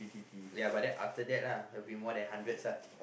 but then after that lah will be more than hundreds ah